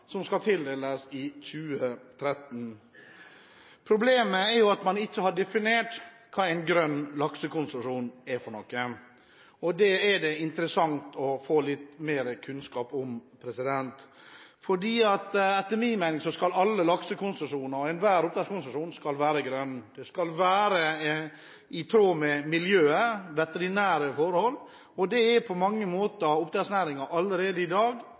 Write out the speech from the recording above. som skal tildeles i 2013. Problemet er at man ikke har definert hva en grønn laksekonsesjon er for noe. Det er det interessant å få litt mer kunnskap om, for etter min mening skal alle laksekonsesjoner og enhver oppdrettskonsesjon være grønn. Man skal ta hensyn til miljøet og veterinære forhold. Slik er det på mange måter i oppdrettsnæringen allerede i dag,